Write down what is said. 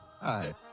Hi